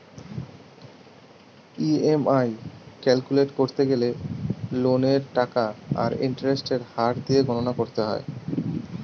EMI calculate করতে গেলে লোনের টাকা আর ইন্টারেস্টের হার দিয়ে গণনা করতে হয়